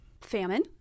famine